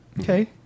Okay